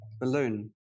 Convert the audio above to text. balloon